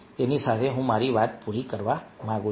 તેની સાથે હું મારી વાત પૂરી કરવા માંગુ છું